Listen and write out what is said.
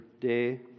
day